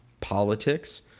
politics